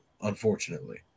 unfortunately